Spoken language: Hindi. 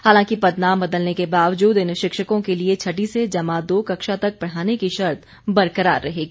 हालांकि पदनाम बदलने के बावजूद इन शिक्षकों के लिए छठी से जमा दो कक्षा तक पढ़ाने की शर्त बरकरार रहेगी